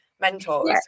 mentors